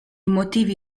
motivi